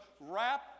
wrap